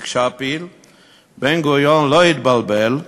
בן-גוריון לא התבלבל,